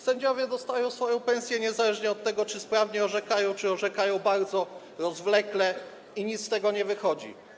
Sędziowie dostają swoją pensję niezależnie od tego, czy sprawnie orzekają, czy orzekają bardzo rozwlekle i nic z tego nie wychodzi.